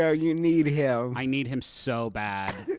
ah you need him. i need him so bad.